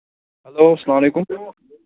hello اسلامُ علیکُم